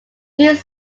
these